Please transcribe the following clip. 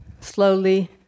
slowly